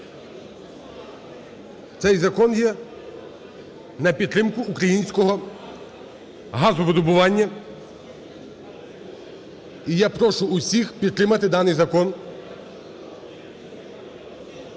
Цей закон є на підтримку українського газовидобування. І я прошу всіх підтримати даний закон